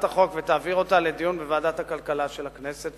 החוק ותעביר אותה לדיון בוועדת הכלכלה של הכנסת.